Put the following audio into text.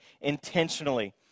intentionally